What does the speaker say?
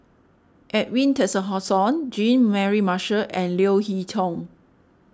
Edwin Jean Mary Marshall and Leo Hee Tong